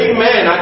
Amen